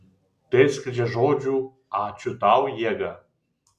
tai atskleidžia žodžių ačiū tau jėgą